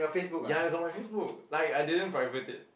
ya it's on my Facebook like I didn't private it